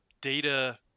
data